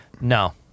No